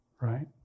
right